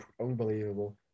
unbelievable